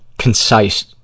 Concise